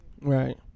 Right